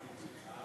בהסכמה,